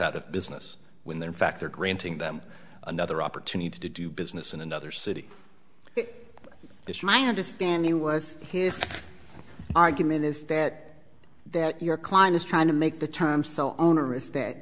out of business when they in fact are granting them another opportunity to do business in another city this my understanding was his argument is that that your client is trying to make the terms so onerous that